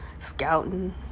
scouting